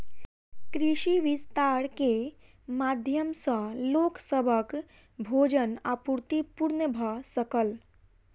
कृषि विस्तार के माध्यम सॅ लोक सभक भोजन आपूर्ति पूर्ण भ सकल